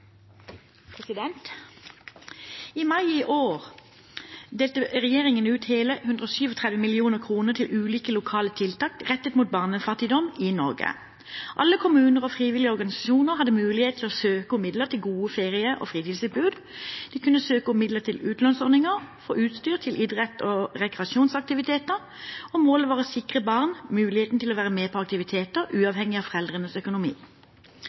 I mai i år delte regjeringen ut hele 137 mill. kr til ulike lokale tiltak rettet mot barnefattigdom i Norge. Alle kommuner og frivillige organisasjoner hadde mulighet til å søke om midler til gode ferie- og fritidstilbud, de kunne søke om midler til utlånsordninger for utstyr til idretts- og rekreasjonsaktiviteter, og målet var å sikre barn muligheten til å være med på aktiviteter, uavhengig av foreldrenes økonomi.